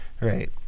right